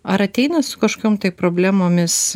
ar ateina su kažkokiom tai problemomis